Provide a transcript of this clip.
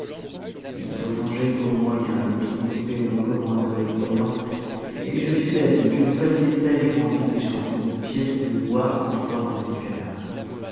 ii ne faut songer qu'au moyen de tromper le commandeur des croyants et je suis d'avis que vous fassiez tailler en diligence une pièce de bois en forme de